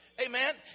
Amen